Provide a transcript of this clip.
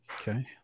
Okay